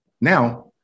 Now